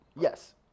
Yes